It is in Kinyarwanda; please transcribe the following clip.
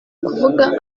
kuvuga